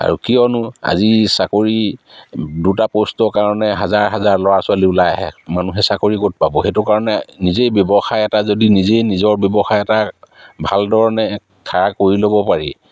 আৰু কিয়নো আজি চাকৰি দুটা প'ষ্টৰ কাৰণে হাজাৰ হাজাৰ ল'ৰা ছোৱালী ওলাই আহে মানুহে চাকৰি ক'ত পাব সেইটো কাৰণে নিজেই ব্যৱসায় এটা যদি নিজেই নিজৰ ব্যৱসায় এটা ভালধৰণে খাৰা কৰি ল'ব পাৰি